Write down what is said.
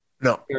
No